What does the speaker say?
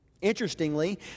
Interestingly